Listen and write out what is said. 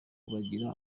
kubagira